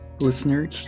Listener